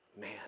Man